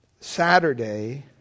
Saturday